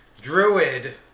Druid